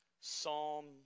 Psalm